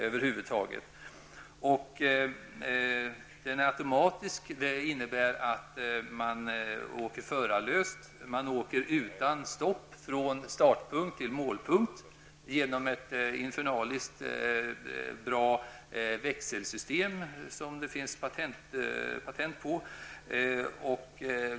Systemet är automatiskt, vilket innebär att man åker förarlöst. Man åker utan stopp från startpunkt till målpunkt genom ett infernaliskt bra växelsystem, som det finns patent på.